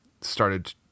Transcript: started